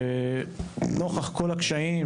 נוכח כל הקשיים,